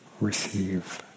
Receive